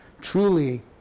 truly